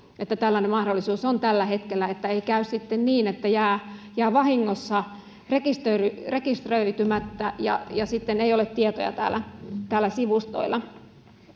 että tällainen mahdollisuus on tällä hetkellä että ei käy sitten niin että jää vahingossa rekisteröitymättä ja sitten ei ole tietoja täällä sivustoilla